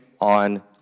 on